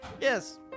Yes